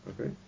Okay